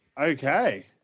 Okay